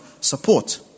support